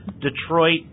Detroit